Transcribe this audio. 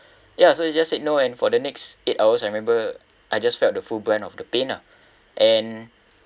ya so they just said no and for the next eight hours I remember I just felt the full brunt of the pain lah and